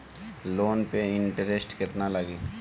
Loan पे interest केतना लागी?